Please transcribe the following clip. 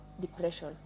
depression